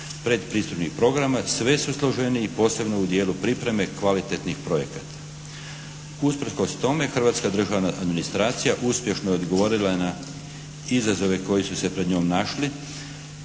predpristupnih programa sve su složeniji posebno u dijelu pripreme kvalitetnih projekata. Usprkos tome hrvatska državna administracija uspješno je odgovorila na izazove koji su se pred njom našli,